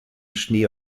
schnee